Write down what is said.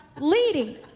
leading